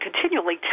continually